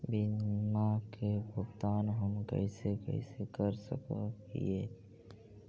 बीमा के भुगतान हम कैसे कैसे कर सक हिय?